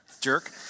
jerk